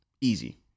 Easy